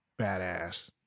badass